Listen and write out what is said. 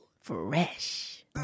fresh